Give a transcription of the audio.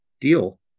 deal